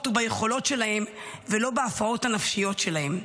וביכולות שלהם ולא בהפרעות הנפשיות שלהם.